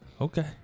Okay